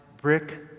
brick